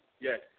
Yes